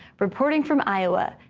reporting from iowa,